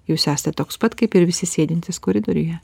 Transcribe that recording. jūs esat toks pat kaip ir visi sėdintys koridoriuje